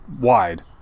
wide